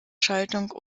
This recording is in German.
schaltung